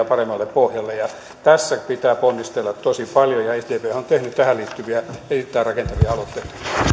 paremmalle pohjalle tässä pitää ponnistella tosi paljon ja sdphän on tehnyt tähän liittyviä erittäin rakentavia aloitteita